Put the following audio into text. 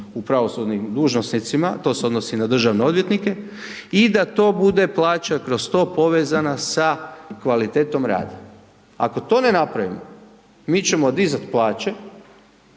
u pravosudnim dužnosnicima, to se odnosi i na državne odvjetnike i da to bude plaća kroz to povezana sa kvalitetom rada. Ako to ne napravimo mi ćemo dizat plaće,